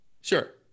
Sure